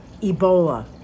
Ebola